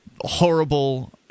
horrible